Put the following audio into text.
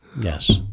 Yes